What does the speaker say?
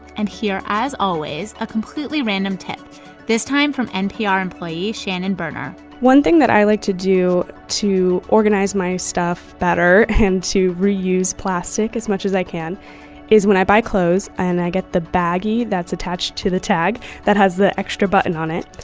and here as always, a completely random tip this time, from npr employee shannon boerner one thing that i like to do to organize my stuff better and to reuse plastic as much as i can is when i buy clothes and i get the baggie that's attached to the tag that has the extra button on it,